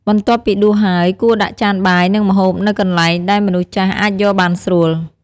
បន្ទាប់ពីដួសហើយ គួរដាក់ចានបាយ និងម្ហូបនៅកន្លែងដែលមនុស្សចាស់អាចយកបានស្រួល។